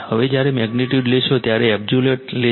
હવે જ્યારે મેગ્નિટ્યુડ લેશો ત્યારે એબ્સોલ્યુટ લેશે